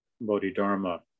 Bodhidharma